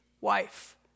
wife